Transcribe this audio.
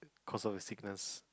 cause of a sickness